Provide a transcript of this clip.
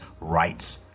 rights